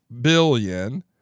billion